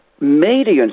media